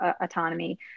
autonomy